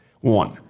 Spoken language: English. One